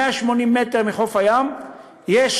180 מטר מחוף הים יש,